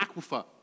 aquifer